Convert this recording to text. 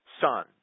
son